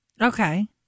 Okay